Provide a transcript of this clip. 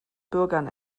bürgern